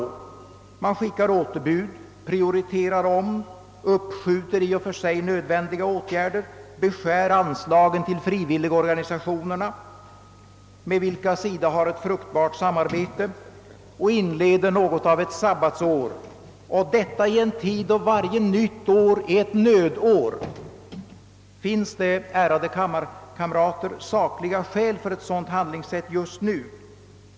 Jo, man skickar återbud, prioriterar om, uppskijuter i och för sig nödvändiga åtgärder, beskär anslagen till frivilligorganisationerna, med vilka SIDA har ett fruktbart samarbete, och inleder något av ett sabbatsår. Och detta i en tid då varje nytt år är ett nödår. Finns det, ärade kammarkamrater, sakliga skäl för ett sådant handlingssätt just nu?